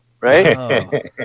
right